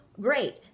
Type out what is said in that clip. great